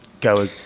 go